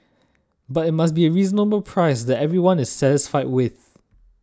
but it must be a reasonable price that everyone is satisfied with